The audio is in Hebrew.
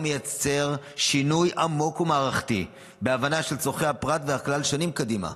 הוא מייצר שינוי עמוק ומערכתי בהבנה של צורכי הפרט והכלל שנים קדימה.